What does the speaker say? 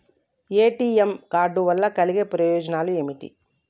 ATM card వల్ల కలిగే ప్రయోజనాలు ఏమిటి?